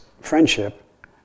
friendship